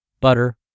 butter